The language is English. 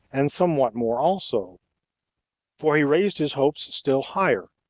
and somewhat more also for he raised his hopes still higher,